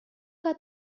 que